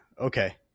Okay